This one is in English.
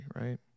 right